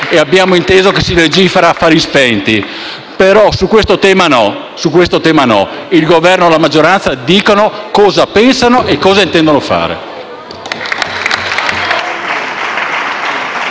e abbiamo inteso che si legifera a fari spenti. Però su questo tema no: il Governo e la maggioranza dicano cosa pensano e cosa intendono fare.